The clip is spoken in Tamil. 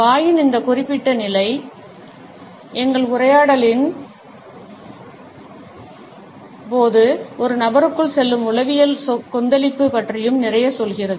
வாயின் இந்த குறிப்பிட்ட நிலை எங்கள் உரையாடல்களின் போது ஒரு நபருக்குள் செல்லும் உளவியல் கொந்தளிப்பு பற்றியும் நிறைய சொல்கிறது